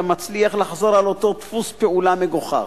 מצליח לחזור על אותו דפוס פעולה מגוחך.